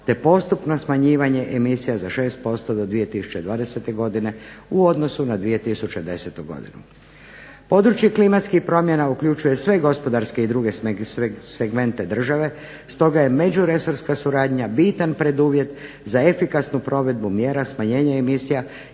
te postupno smanjivanje emisija za 6% do 2020. Godine u odnosu na 2010. godinu. Područje klimatskih promjena uključuje sve gospodarske i druge segmente države stoga je međuresorska suradnja bitan preduvjet za efikasnu provedbu mjera smanjenja emisija